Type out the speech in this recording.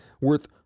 worth